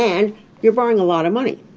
and you're borrowing a lot of money.